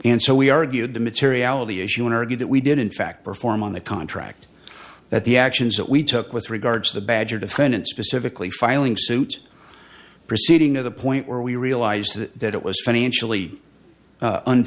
and so we argued the materiality issue and argue that we did in fact perform on the contract that the actions that we took with regards the badger defendant specifically filing suit proceeding to the point where we realized that it was financially u